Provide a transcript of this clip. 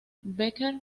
becker